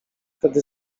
tedy